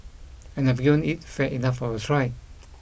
and I've given it fair enough of a try